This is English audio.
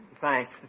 thanks